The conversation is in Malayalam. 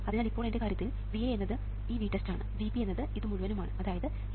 അതിനാൽ ഇപ്പോൾ എന്റെ കാര്യത്തിൽ VA എന്നത് ഈ VTEST ആണ് VB എന്നത് ഇതു മുഴുവനും ആണ് അതായത് A0R1R1R2×VTEST